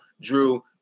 Drew –